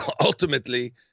ultimately